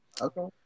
okay